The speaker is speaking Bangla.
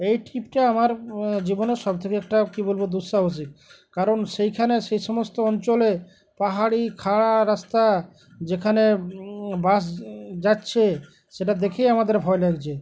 এই ট্রিপটা আমার জীবনের সব থেকে একটা কী বলবো দুঃসাহসিক কারণ সেইখানে সেই সমস্ত অঞ্চলে পাহাড়ি খাড়া রাস্তা যেখানে বাস যাচ্ছে সেটা দেখেই আমাদের ভয় লাগছে